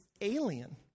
alien